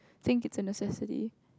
think is a necessity